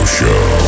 Show